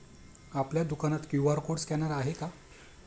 आपल्या दुकानात QR code scanner आहे का?